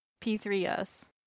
P3S